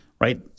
right